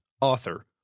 author